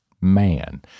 man